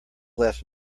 left